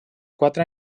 quatre